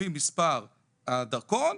לפי מספר הדרכון,